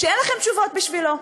שאין לכם תשובות בשבילו?